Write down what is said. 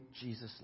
Jesus